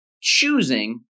choosing